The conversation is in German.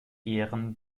ehren